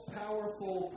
powerful